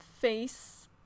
face